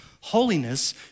Holiness